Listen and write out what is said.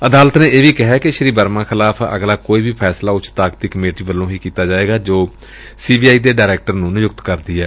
ਅਦਾਲਤ ਨੇ ਇਹ ਵੀ ਕਿਹੈ ਕਿ ਸ੍ਰੀ ਵਰਮਾ ਖਿਲਾਫ਼ ਅਗਲਾ ਕੋਈ ਵੀ ਫੈਸਲਾ ਉੱਚ ਤਾਕਤੀ ਕਮੇਟੀ ਵੱਲੋਂ ਕੀਤੀ ਜਾਏਗਾ ਜੋ ਸੀ ਬੀ ਆਈ ਦੇ ਡਾਇਰੈਕਟਰ ਨੂੰ ਨਿਯੁਕਤ ਕਰਦੀ ਏ